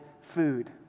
food